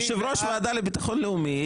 יושב ראש ועדה לביטחון לאומי,